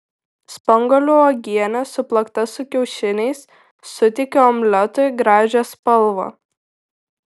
spanguolių uogienė suplakta su kiaušiniais suteikia omletui gražią spalvą